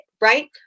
Right